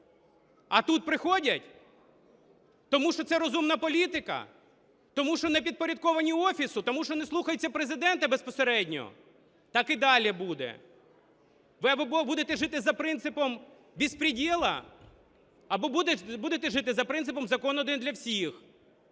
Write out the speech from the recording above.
А тут приходять, тому що це "Розумна політика", тому що не підпорядковані Офісу, тому що не слухаються Президента безпосередньо? Так і далі буде. Ви або будете жити за принципом беспредела, або будете жити за принципом "закон один для всіх".